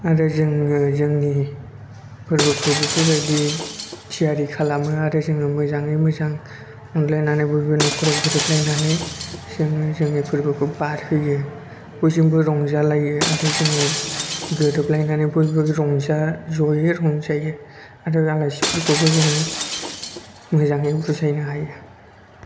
आरो जोङो जोंनि फोरबोखौ बेफोरबायदि थियारि खालामो आरो जोङो मोजाङै मोजां अनलायनानै बयबो नखराव गोरोबलायनानै जोङो जोंनि फोरबोखौ बारहोयो बयजोंबो रंजालायो आरो जोङो गोरोबलायनानै बयबो रंजा जयै रंजायो आरो आलासिफोरखौबो जोङो मोजाङै बुजायनो हायो